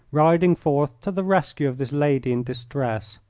riding forth to the rescue of this lady in distress.